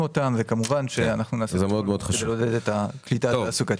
אותם וכמובן שאנחנו ננסה לעודד את הקליטה התעסוקתית.